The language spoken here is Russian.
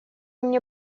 мне